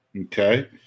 okay